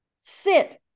sit